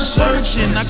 searching